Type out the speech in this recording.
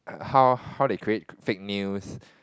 how how they create fake news